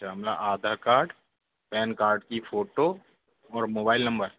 जामला Aadhaar card PAN card की photo और mobile number